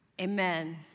Amen